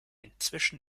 inzwischen